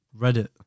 Reddit